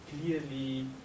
clearly